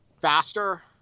faster